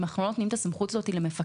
אם אנחנו לא נותנים את הסמכות הזאת למפקח,